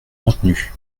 maintenu